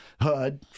HUD